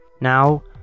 Now